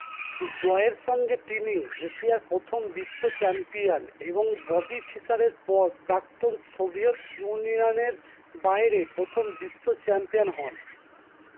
জয়ের সঙ্গে তিনি এশিয়ার প্রথম বিশ্ব চ্যাম্পিয়ান এবং ববি ফিশারের পর প্রাক্তন সোভিয়ত ইউনিয়নের বাইরে প্রথম বিশ্ব চ্যাম্পিয়ান হন